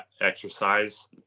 exercise